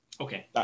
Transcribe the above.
Okay